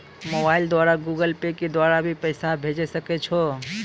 Mobile द्वारा Google Pay के द्वारा भी पैसा भेजै सकै छौ?